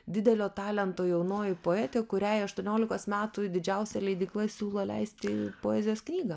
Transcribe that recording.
didelio talento jaunoji poetė kuriai aštuoniolikos metų didžiausia leidykla siūlo leisti poezijos knygą